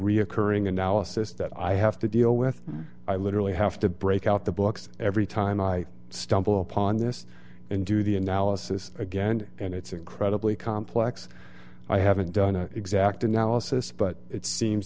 reoccurring analysis that i have to deal with i literally have to break out the books every time i stumble upon this and do the analysis again and it's incredibly complex i haven't done a exact analysis but it seems